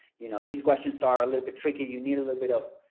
you know, these questions are a little bit tricky. you need a little bit of,